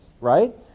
right